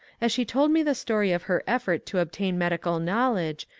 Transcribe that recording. as she told me the story of her effort to obtain medical knowledge,